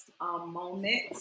moment